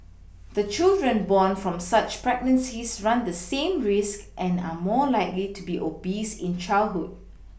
the children born from such pregnancies run the same risk and are more likely to be obese in childhood